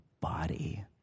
body